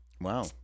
Wow